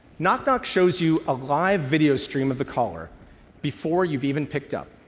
knock knock shows you a live video stream of the caller before you've even picked up.